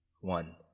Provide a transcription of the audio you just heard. One